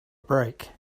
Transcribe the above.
break